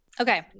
Okay